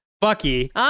Bucky